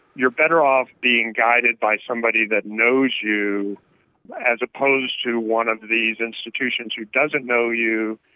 you're better off being guided by somebody that knows you as opposed to one of these institutions who doesn't know you.